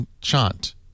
Chant